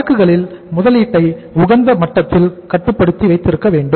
சரக்குகளில் முதலீட்டை உகந்த மட்டத்தில் கட்டுப்படுத்தி வைத்திருக்க வேண்டும்